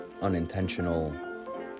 unintentional